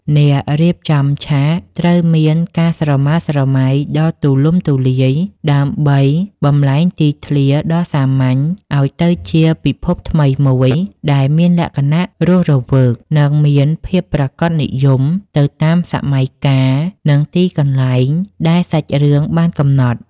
អ្នករៀបចំឆាកត្រូវមានការស្រមើស្រមៃដ៏ទូលំទូលាយដើម្បីបម្លែងទីធ្លាដ៏សាមញ្ញឱ្យទៅជាពិភពថ្មីមួយដែលមានលក្ខណៈរស់រវើក និងមានភាពប្រាកដនិយមទៅតាមសម័យកាល និងទីកន្លែងដែលសាច់រឿងបានកំណត់។